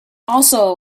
also